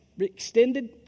extended